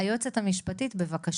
היועצת המשפטית בבקשה.